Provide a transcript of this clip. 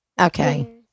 Okay